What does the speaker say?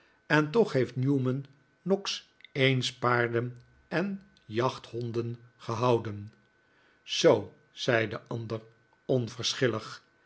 en toch heeft newman noggs eehs paarden en jachthonden gehouden zoo zei de ander